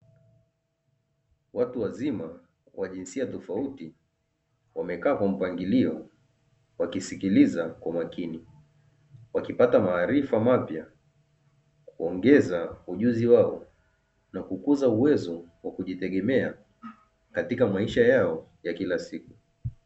Watu wazima wa jinsia tofauti wamekaa kwa mpangilio wakisikiliza kwa makini, wakipata maarifa mapya kuongeza ujuzi wao na kukuza uwezo wa kujitegemea katika maisha yao ya kila siku.